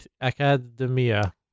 Academia